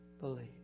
believe